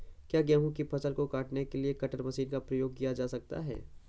क्या गेहूँ की फसल को काटने के लिए कटर मशीन का उपयोग किया जा सकता है?